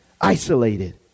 Isolated